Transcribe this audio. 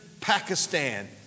Pakistan